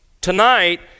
Tonight